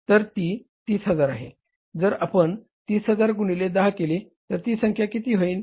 तर ती 30000 आहे जर आपण 30000 गुणिले 10 केले तर ती संख्या किती येईल